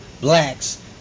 Blacks